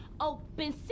Open